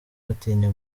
batinya